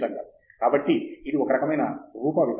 professor Andrew Thangaraj కాబట్టి ఇది ఒక రకమైన రూప విపర్యయము